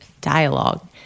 dialogue